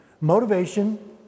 Motivation